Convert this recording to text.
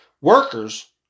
Workers